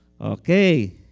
Okay